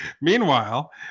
Meanwhile